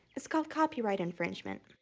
it's called copyright infringement.